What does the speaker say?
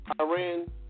Iran